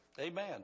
Amen